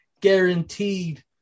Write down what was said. guaranteed